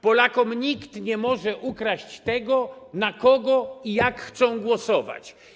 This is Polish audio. Polakom nikt nie może ukraść tego, na kogo i jak chcą głosować.